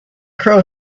crow